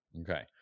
Okay